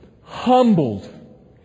humbled